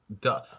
duh